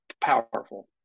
powerful